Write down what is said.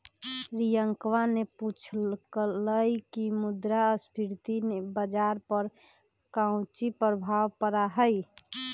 रियंकवा ने पूछल कई की मुद्रास्फीति से बाजार पर काउची प्रभाव पड़ा हई?